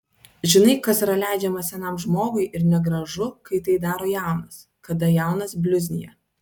žinai kas yra leidžiama senam žmogui ir negražu kai tai daro jaunas kada jaunas bliuznija